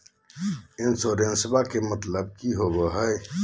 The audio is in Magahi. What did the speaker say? इंसोरेंसेबा के मतलब की होवे है?